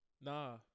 Nah